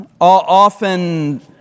often